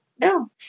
No